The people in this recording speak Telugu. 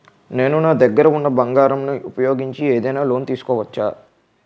నేను నా దగ్గర ఉన్న బంగారం ను ఉపయోగించి ఏదైనా లోన్ తీసుకోవచ్చా?